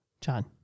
John